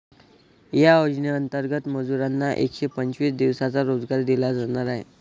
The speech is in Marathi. या योजनेंतर्गत मजुरांना एकशे पंचवीस दिवसांचा रोजगार दिला जाणार आहे